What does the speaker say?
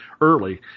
early